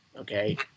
Okay